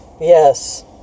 Yes